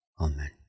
Amen